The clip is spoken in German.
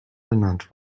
benannt